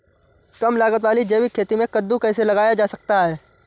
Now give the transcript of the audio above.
कम लागत वाली जैविक खेती में कद्दू कैसे लगाया जा सकता है?